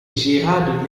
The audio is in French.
gérard